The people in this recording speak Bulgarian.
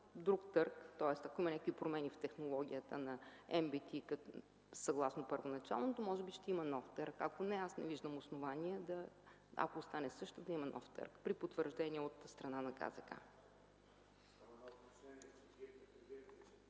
друг търг, тоест ако има някакви промени в технологията на MBT, съгласно първоначалната, може би ще има нов търг. Ако няма, не виждам основания – ако остане същата, да има нов търг, при потвърждение от страна на